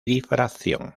difracción